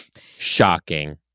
Shocking